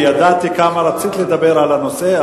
כי ידעתי כמה רצית לדבר על הנושא,